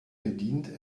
bediente